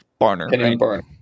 Barner